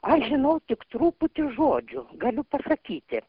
aš žinau tik truputį žodžiu galiu pasakyti